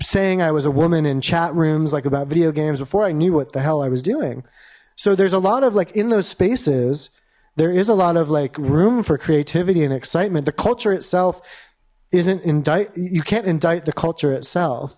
saying i was a woman in chat rooms like about video games before i knew what the hell i was doing so there's a lot of like in those spaces there is a lot of like room for creativity and excitement the culture itself isn't indict you can't indict the culture itself